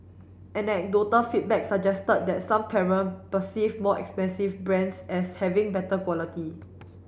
anecdotal feedback suggested that some parent perceive more expensive brands as having better quality